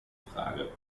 frage